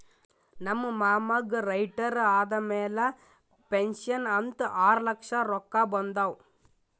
ನಮ್ ಮಾಮಾಗ್ ರಿಟೈರ್ ಆದಮ್ಯಾಲ ಪೆನ್ಷನ್ ಅಂತ್ ಆರ್ಲಕ್ಷ ರೊಕ್ಕಾ ಬಂದಾವ್